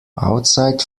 outside